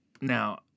Now